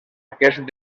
aquest